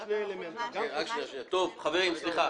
חברים, סליחה.